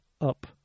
up